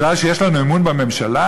זה מפני שיש לנו אמון בממשלה?